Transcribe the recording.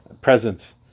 presence